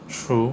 true